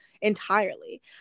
entirely